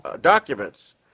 documents